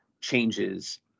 changes